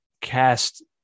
cast